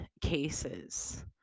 cases